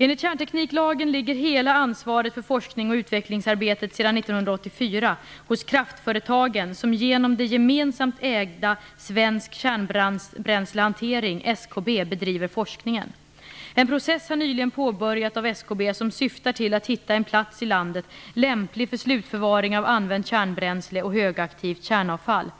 Enligt kärntekniklagen ligger hela ansvaret för forsknings och utvecklingsarbetet sedan 1984 hos kraftföretagen som genom det gemensamt ägda En process har nyligen påbörjats av SKB som syftar till att hitta en plats i landet lämplig för slutförvar av använt kärnbränsle och högaktivt kärnavfall.